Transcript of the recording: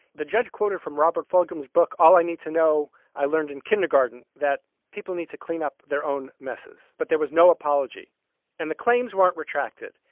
the judge quoted from robert vols. book. all i need to know, i learned in kindergarten that people need to clean up their own messes. but there was no apology and the claims weren't retracted.